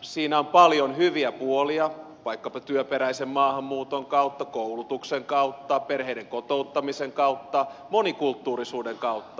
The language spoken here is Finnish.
siinä on paljon hyviä puolia vaikkapa työperäisen maahanmuuton kautta koulutuksen kautta perheiden kotouttamisen kautta monikulttuurisuuden kautta